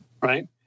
right